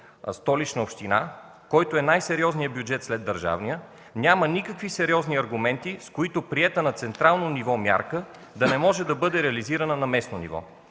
Столична община, който е най-сериозният бюджет след държавния, няма никакви сериозни аргументи, с които приета на централно ниво мярка, да не може да бъде реализирана на местно ниво.